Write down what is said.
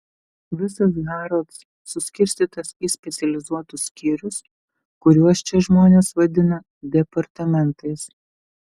visas harrods suskirstytas į specializuotus skyrius kuriuos čia žmonės vadina departamentais